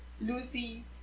Lucy